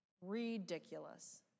Ridiculous